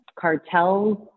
cartels